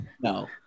No